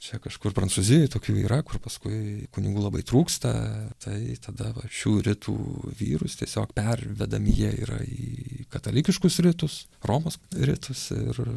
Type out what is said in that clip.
čia kažkur prancūzijoj tokių yra kur paskui kunigų labai trūksta tai tada va šių rytų vyrus tiesiog pervedami jie yra į katalikiškus rytus romos rytus ir